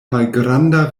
malgranda